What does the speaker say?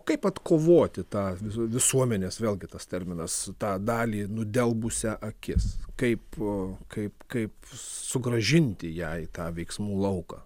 kaip atkovoti tą visuomenės vėlgi tas terminas tą dalį nudelbusią akis kaip kaip kaip sugrąžinti jai tą veiksmų lauką